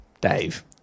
Dave